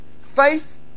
faith